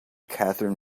kathryn